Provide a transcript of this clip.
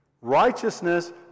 Righteousness